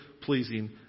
pleasing